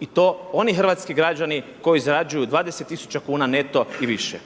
i to oni hrvatski građani koji zarađuju 20 tisuća kuna neto i više.